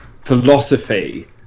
philosophy